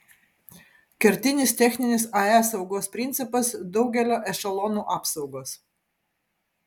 kertinis techninis ae saugos principas daugelio ešelonų apsaugos